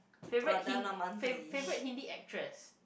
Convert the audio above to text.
favorite Hin~ fav~ favorite Hindi actress